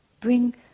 Bring